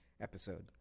episode